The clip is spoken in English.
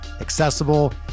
accessible